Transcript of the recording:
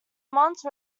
monte